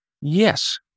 Yes